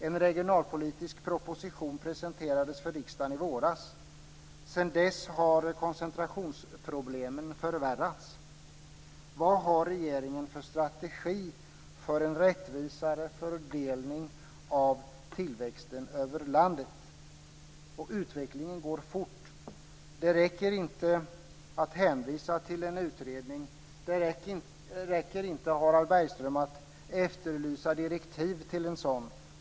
En regionalpolitisk proposition presenterades för riksdagen i våras. Sedan dess har koncentrationsproblemen förvärrats. Vad har regeringen för strategi för en rättvisare fördelning av tillväxten över landet? Utvecklingen går fort. Det räcker inte att hänvisa till en utredning. Det räcker inte, Harald Bergström, att efterlysa direktiv till en sådan.